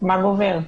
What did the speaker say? מה גובר?